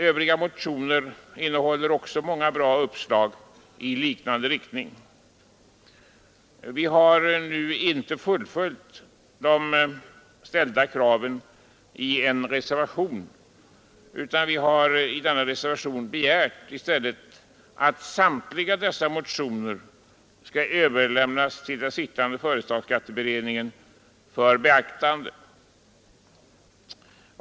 Övriga motioner innehåller också många bra uppslag i liknande riktning. Vi har nu inte fullföljt de ställda kraven, utan vi har i en reservation begärt att samtliga dessa motioner skall överlämnas till den sittande företagsskatteberedningen för beaktande.